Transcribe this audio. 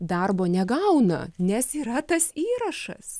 darbo negauna nes yra tas įrašas